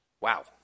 Wow